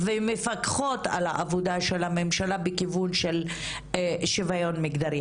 ומפקחות על העבודה של הממשלה בכיוון של שוויון מגדרי.